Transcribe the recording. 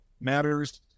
matters